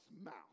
mouth